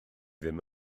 ddim